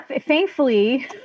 thankfully